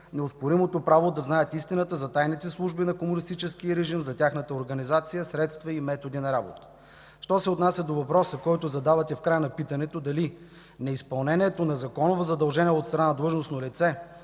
неоспоримото право да знаят истината за тайните служби на комунистическия режим, за тяхната организация, средства и методи на работа. Що се отнася до въпроса, който задавате в края на питането –дали неизпълнението на законово задължение от страна на длъжностно лице